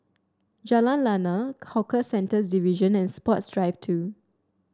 Jalan Lana Hawker Centres Division and Sports Drive Two